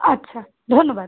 আচ্ছা ধন্যবাদ